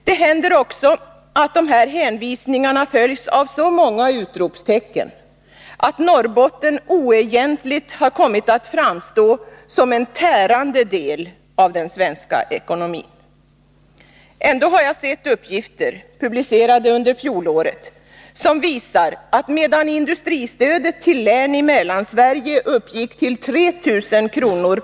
Det händer också att dessa hänvisningar följs av så många utropstecken att Norrbotten oegentligt har kommit att framstå som en tärande del inom den svenska ekonomin. Ändå har jag sett uppgifter — publicerade under fjolåret — som visar, att medan industristödet till län i Mellansverige uppgick till 3 000 kr.